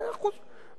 מאה אחוז.